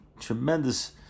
tremendous